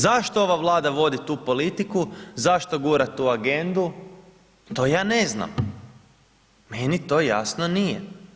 Zašto ova Vlada vodi tu politiku, zašto gura tu agendu, to ja ne znam, meni to jasno nije.